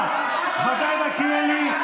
חבר הכנסת מלכיאלי,